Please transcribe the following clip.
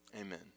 Amen